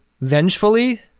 vengefully